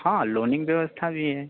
हाँ लोनिंग व्यवस्था भी है